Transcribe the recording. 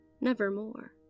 nevermore